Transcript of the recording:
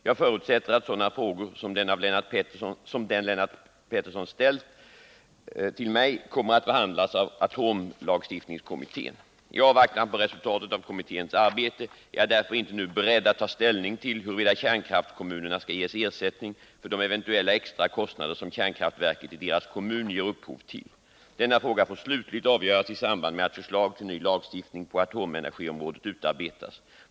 Jag förutsätter att sådana frågor som den som Lennart Pettersson ställt till mig kommer att behandlas av atomlagstiftningskommittén . I avvaktan på resultatet av kommitténs arbete är jag därför inte nu beredd att ta ställning till huruvida kärnkraftskommunerna skall ges ersättning för de eventuella extra kostnader som kärnkraftverket i deras kommun ger upphov till. Denna fråga får slutligt avgöras i samband med att förslag till ny lagstiftning på atomenergiområdet utarbetas.